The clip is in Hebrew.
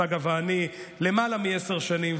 צגה ואני מכירים למעלה מעשר שנים,